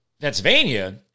Pennsylvania